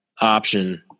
option